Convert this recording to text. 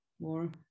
more